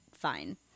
Fine